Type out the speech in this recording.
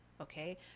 okay